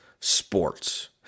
sports